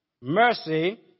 Mercy